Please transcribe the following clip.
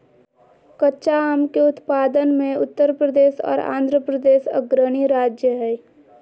कच्चा आम के उत्पादन मे उत्तर प्रदेश आर आंध्रप्रदेश अग्रणी राज्य हय